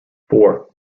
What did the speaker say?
four